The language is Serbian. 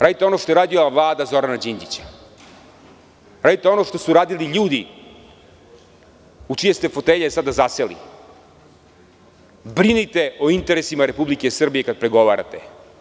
Radite ono što je radila Vlada Zorana Đinđića, što su radili ljudi u čije ste fotelje sada zaseli, brinite o interesima Republike Srbije kada pregovarate.